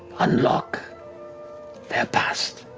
unlock their past,